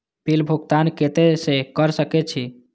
Bill भुगतान केते से कर सके छी?